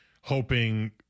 hoping –